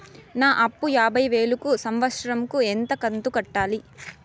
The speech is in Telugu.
నా అప్పు యాభై వేలు కు సంవత్సరం కు ఎంత కంతు కట్టాలి?